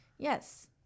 Yes